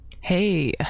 Hey